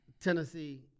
Tennessee